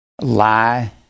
lie